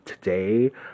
today